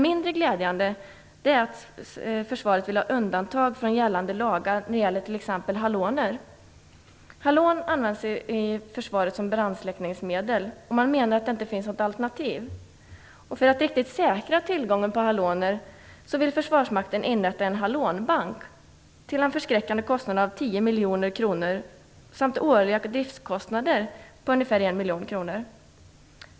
Mindre glädjande är att försvaret vill ha undantag från gällande lagar när det gäller t.ex. haloner. Halon används i försvaret som brandsläckningsmedel. Man menar att det inte finns något alternativ. För att riktigt säkra tillgången på haloner vill försvarsmakten inrätta en halonbank till en förskräckande kostnad, 10 miljoner kronor. Dessutom tillkommer årliga driftskostnader om ungefär 1 miljon kronor.